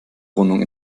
wohnung